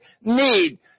need